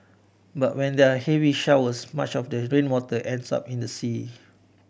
but when there're heavy showers much of the rainwater ends up in the sea